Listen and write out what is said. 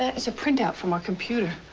a print-out from our computer.